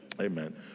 Amen